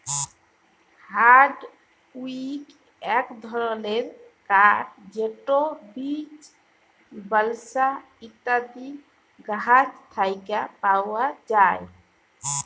hardwood ইক ধরলের কাঠ যেট বীচ, বালসা ইত্যাদি গাহাচ থ্যাকে পাউয়া যায়